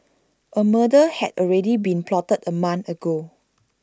A murder had already been plotted A month ago